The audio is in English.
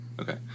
okay